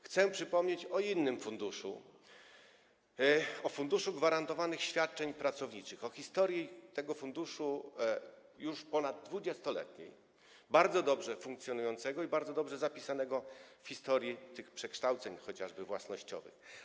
Chcę przypomnieć o innym funduszu, o Funduszu Gwarantowanych Świadczeń Pracowniczych, o historii tego funduszu - już ponaddwudziestoletniej - bardzo dobrze funkcjonującego i bardzo dobrze zapisanego chociażby w historii przekształceń własnościowych.